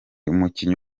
umukinnyi